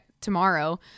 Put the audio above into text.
tomorrow